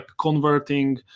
converting